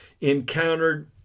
encountered